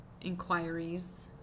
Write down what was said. inquiries